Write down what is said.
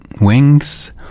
wings